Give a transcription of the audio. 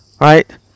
Right